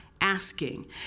asking